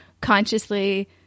consciously